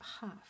half